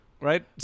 right